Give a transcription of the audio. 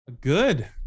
Good